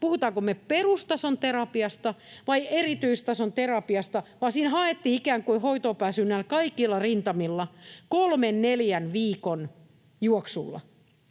puhutaanko me perustason terapiasta vai erityistason terapiasta, vaan siinä haettiin ikään kuin hoitoonpääsyä näillä kaikilla rintamilla kolmen, neljän viikon juoksulla.